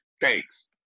thanks